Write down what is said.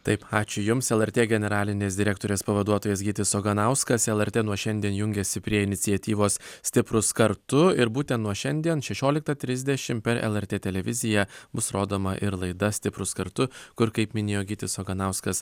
taip ačiū jums lrt generalinės direktorės pavaduotojas gytis oganauskas lrt nuo šiandien jungiasi prie iniciatyvos stiprūs kartu ir būtent nuo šiandien šešioliktą trisdešimt per lrt televiziją bus rodoma ir laida stiprūs kartu kur kaip minėjo gytis oganauskas